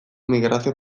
migrazio